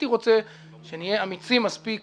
שנהיה אמיצים מספיק